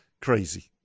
crazy